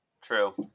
True